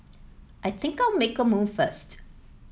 I think I'll make a move first